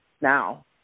now